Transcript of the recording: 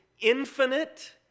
infinite